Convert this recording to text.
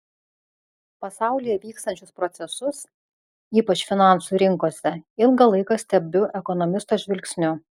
pasaulyje vykstančius procesus ypač finansų rinkose ilgą laiką stebiu ekonomisto žvilgsniu